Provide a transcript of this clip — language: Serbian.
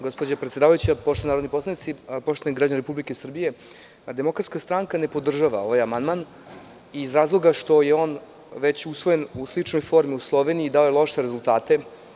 Gospođo predsedavajuća, poštovani narodni poslanici, poštovani građani Republike Srbije, DS ne podržava ovaj amandman iz razloga što je on već usvojen u sličnoj formi u Sloveniji i dao je loše rezultate.